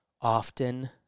often